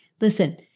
Listen